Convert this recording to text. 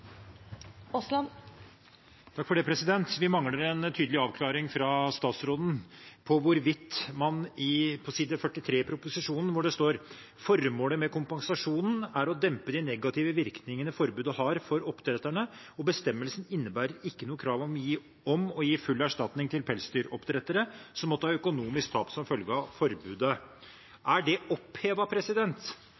Aasland har hatt ordet to ganger tidligere og får ordet til en kort merknad, begrenset til 1 minutt. Vi mangler en tydelig avklaring fra statsråden. På side 43 i proposisjonen står det at formålet med kompensasjonen er «å dempe de negative virkningene forbudet har for oppdretterne, og bestemmelsen innebærer ikke noe krav om å gi full erstatning til pelsdyroppdrettere som måtte ha økonomisk tap som følge av forbudet.»